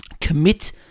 Commit